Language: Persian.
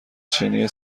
چینی